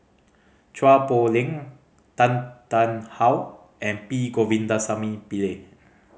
Chua Poh Leng Tan Tarn How and P Govindasamy Pillai